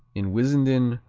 in wissenden,